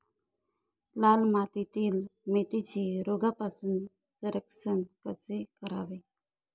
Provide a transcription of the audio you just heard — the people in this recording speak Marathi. लाल मातीतील मेथीचे रोगापासून संरक्षण कसे करावे?